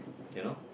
you know